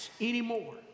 anymore